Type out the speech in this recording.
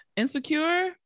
insecure